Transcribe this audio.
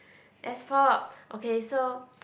S pop okay so